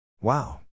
Wow